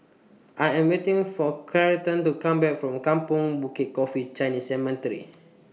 I Am waiting For Charlton to Come Back from Kampong Bukit Coffee Chinese Cemetery